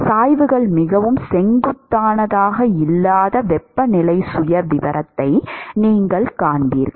சாய்வுகள் மிகவும் செங்குத்தானதாக இல்லாத வெப்பநிலை சுயவிவரத்தை நீங்கள் காண்பீர்கள்